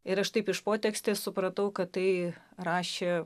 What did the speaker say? ir aš taip iš potekstės supratau kad tai rašė